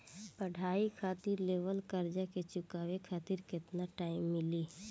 पढ़ाई खातिर लेवल कर्जा के चुकावे खातिर केतना टाइम मिली?